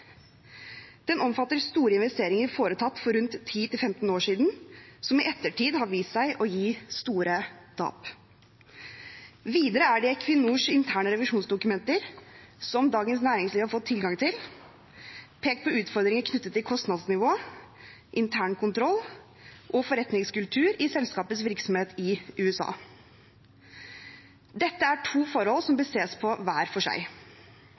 Den omfatter store investeringer foretatt for rundt 10–15 år siden som i ettertid har vist seg å gi store tap. Videre er det i Equinors interne revisjonsdokumenter, som Dagens Næringsliv har fått tilgang til, pekt på utfordringer knyttet til kostnadsnivå, intern kontroll og forretningskultur i selskapets virksomhet i USA. Dette er to forhold som bør ses på hver for seg.